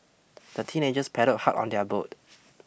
the teenagers paddled hard on their boat